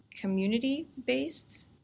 community-based